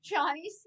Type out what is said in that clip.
Johnny